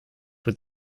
with